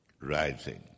rising